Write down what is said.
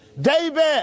David